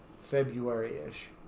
February-ish